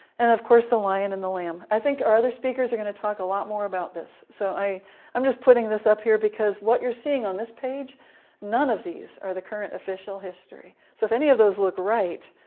and of course, the lion and the lamb. i think our other speakers are going to talk a lot more about this, so i i'm just putting this up here, because what you're seeing on this page none of these are the current official history. so if any of these look right,